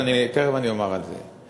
תכף אני אומר על זה.